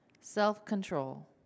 self-control